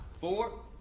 four